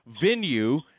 venue